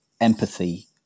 empathy